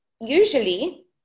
usually